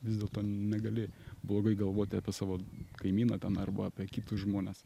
vis dėlto negali blogai galvoti apie savo kaimyną ten arba apie kitus žmones